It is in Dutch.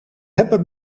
hebben